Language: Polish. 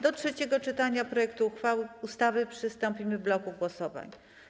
Do trzeciego czytania projektu ustawy przystąpimy w bloku głosowań.